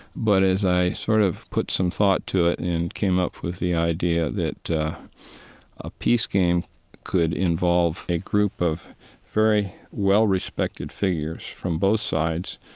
but as i sort of put some thought to it and came up with the idea that a peace game could involve a group of very well-respected figures from both sides,